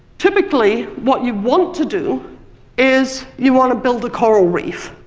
typically, what you want to do is you want to build a coral reef,